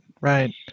right